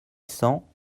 cents